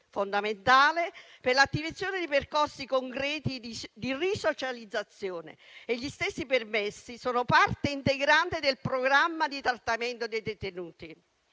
fondamentale per l'attivazione di percorsi concreti di risocializzazione. Gli stessi permessi sono parte integrante del programma di trattamento dei detenuti,